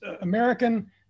American